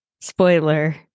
spoiler